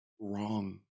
wrong